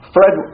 Fred